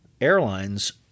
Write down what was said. Airlines